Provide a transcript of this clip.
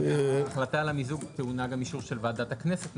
ההחלטה על המיזוג טעונה גם אישור של ועדת הכנסת.